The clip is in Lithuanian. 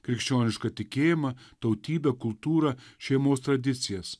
krikščionišką tikėjimą tautybę kultūrą šeimos tradicijas